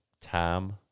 time